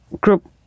group